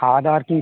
খাওয়া দাওয়ার কী